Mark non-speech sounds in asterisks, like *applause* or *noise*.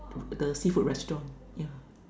*noise* the seafood restaurant yeah